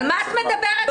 על מה את מדברת בכלל?